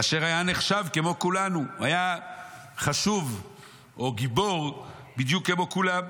אשר היה נחשב כמו כולנו" היה חשוב או גיבור בדיוק כמו כולם,